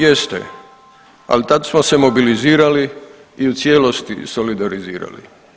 Jeste, ali tad smo se mobilizirali i u cijelosti solidarizirali.